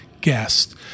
guest